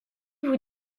vous